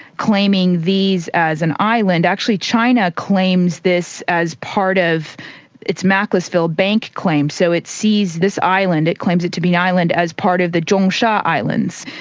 claiming these as an island, actually china claims this as part of its macclesfield bank claim, so it sees this island, it claims it to be an island as part of the zhongsha islands.